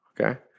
okay